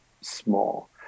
small